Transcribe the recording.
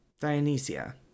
Dionysia